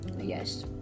Yes